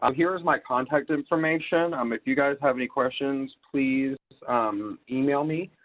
um here is my contact information. um if you guys have any questions, please email me.